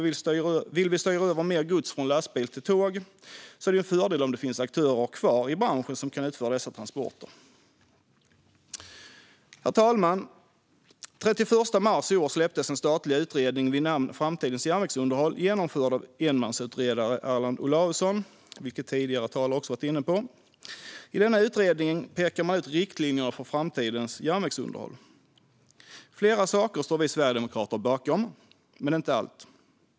Vill vi styra över mer gods från lastbil till tåg är det ju en fördel om det finns aktörer kvar i branschen som kan utföra dessa transporter. Herr talman! Den 31 mars i år släpptes en statlig utredning vid namn Framtidens järnvägsunderhåll , genomförd av enmansutredaren Erland Olauson, vilket tidigare talare också varit inne på. I denna utredning pekar man ut riktlinjerna för framtidens järnvägsunderhåll. Flera saker står vi sverigedemokrater bakom, men inte allt.